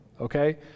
okay